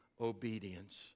obedience